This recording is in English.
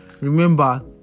Remember